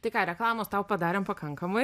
tai ką reklamos tau padarėm pakankamai